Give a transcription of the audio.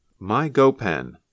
MyGoPen